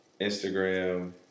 Instagram